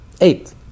Eight